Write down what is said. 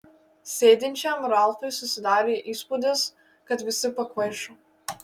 sėdinčiam ralfui susidarė įspūdis kad visi pakvaišo